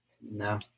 No